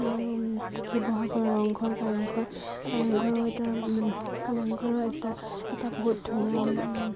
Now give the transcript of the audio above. আৰু শিৱসাগৰ ৰংঘৰ কাৰেংঘৰ কাৰেংঘৰো এটা কাৰেংঘৰো এটা এটা বহুত ধুনীয়া